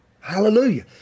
hallelujah